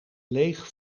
leeg